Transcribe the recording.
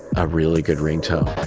a really good ringtone.